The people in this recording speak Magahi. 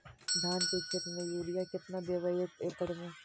धान के खेत में युरिया केतना देबै एक एकड़ में?